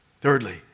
Thirdly